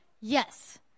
Yes